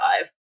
five